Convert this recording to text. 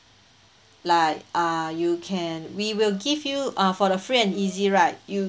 like uh you can we will give you uh for the free and easy right you